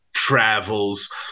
travels